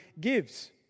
gives